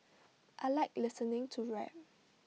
I Like listening to rap